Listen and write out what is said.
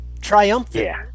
triumphant